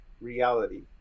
reality